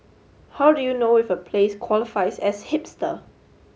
how do you know if a place qualifies as hipster